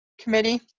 committee